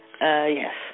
Yes